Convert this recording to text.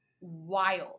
wild